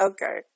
Okay